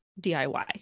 DIY